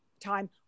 time